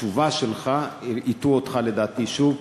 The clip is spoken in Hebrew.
התשובה שלך, הטעו אותך, לדעתי, שוב.